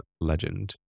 legend